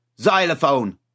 Xylophone